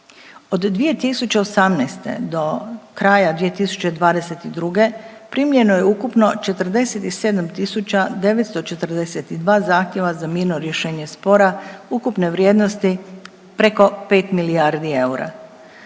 od 2018. do kraja 2022. primljeno je ukupno 47.942 zahtjeva za mirno rješenje spora ukupne vrijednosti preko 5 milijardi eura